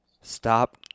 stop